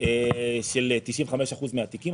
של 95% מהתיקים.